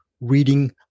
reading